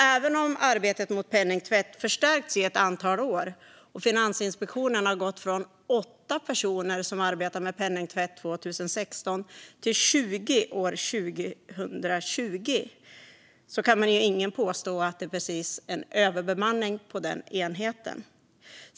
Även om arbetet mot penningtvätt förstärkts i ett antal år och Finansinspektionen gått från åtta personer som arbetade med penningtvätt 2016 till tjugo personer 2020 kan ingen påstå att det precis är någon överbemanning på den enheten.